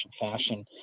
fashion